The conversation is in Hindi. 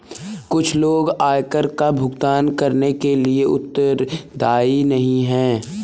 कुछ लोग आयकर का भुगतान करने के लिए उत्तरदायी नहीं हैं